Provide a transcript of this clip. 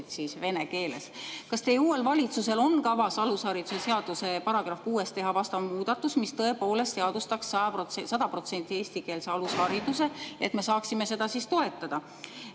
siis vene keeles. Kas teie uuel valitsusel on kavas alushariduse seaduse §-s 6 teha vastav muudatus, mis tõepoolest seadustaks 100% eestikeelse alushariduse, et me saaksime seda toetada?